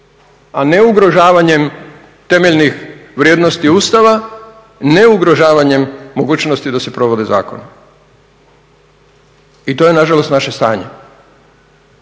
a ne ugrožavanjem temeljnih vrijednosti Ustava, ne ugrožavanjem mogućnosti da se provodi zakon. I to je na žalost naše stanje.